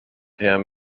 him